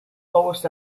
lowest